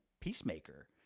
peacemaker